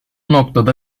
noktada